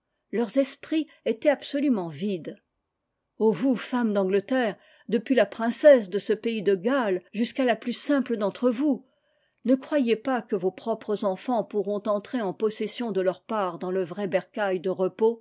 leurs esprits étaient absolument vides oh vous femmes d'angleterre depuis la princesse de ce pays de galles jusqu'à la plus simple d'entre vous ne croyez pas que vos propres enfants pourront entrer en possession de leur part dans le vrai ber é cail de repos